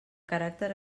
caràcter